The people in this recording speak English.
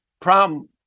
problem